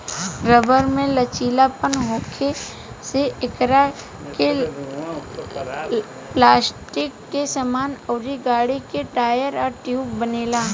rubber में लचीलापन होखे से एकरा से पलास्टिक के सामान अउर गाड़ी के टायर आ ट्यूब बनेला